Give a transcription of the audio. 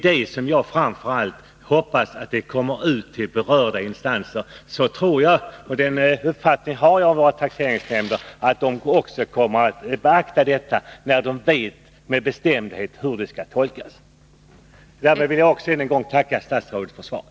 Det är framför allt det jag hoppas skall komma ut till berörda instanser. Sedan anser jag att våra taxeringsnämnder, när de med bestämdhet vet hur bestämmelserna skall tolkas, kommer att beakta detta. Den uppfattningen har jag om våra taxeringsnämnder. Därmed vill jag än en gång tacka statsrådet för svaret.